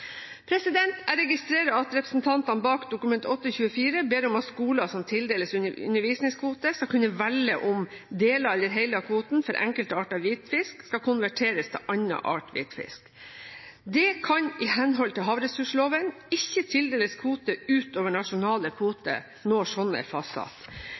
fartøy. Jeg registrerer at representantene bak Dokument 8:24 S for 2013–2014 ber om at skoler som tildeles undervisningskvoter, skal kunne velge om « deler eller hele kvoten for enkelte arter hvitfisk skal konverteres til annen art hvitfisk». Det kan i henhold til havressursloven ikke tildeles kvoter ut over nasjonale kvoter, når slike er fastsatt.